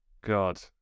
God